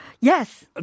Yes